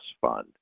fund